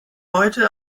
heute